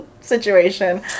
situation